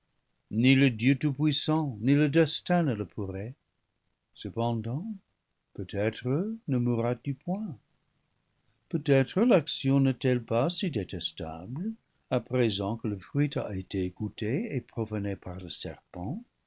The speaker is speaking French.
ni le dieu tout-puissant ni le destin ne le pourraient cependant peut-être ne mourras tu point peut-être l'action n'est-elle pas si détestable à présent que le fruit a été goûté et profané par le serpent